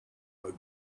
ugly